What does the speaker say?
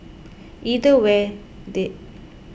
either way there